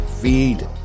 feed